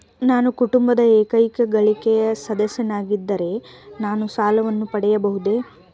ನಾನು ಕುಟುಂಬದ ಏಕೈಕ ಗಳಿಕೆಯ ಸದಸ್ಯನಾಗಿದ್ದರೆ ನಾನು ಸಾಲವನ್ನು ಪಡೆಯಬಹುದೇ?